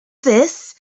this